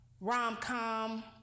rom-com